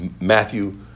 Matthew